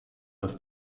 dass